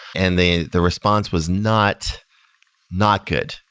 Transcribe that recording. and the the response was not not good.